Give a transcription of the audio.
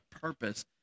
purpose